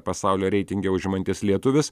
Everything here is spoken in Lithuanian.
pasaulio reitinge užimantis lietuvis